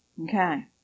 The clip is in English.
Okay